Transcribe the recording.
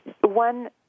one